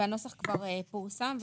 הנוסח כבר פורסם.